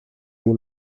dei